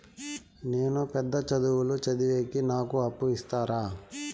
నేను పెద్ద చదువులు చదివేకి నాకు అప్పు ఇస్తారా